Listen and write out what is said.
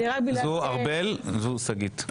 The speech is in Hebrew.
זאת ארבל, זאת שגית.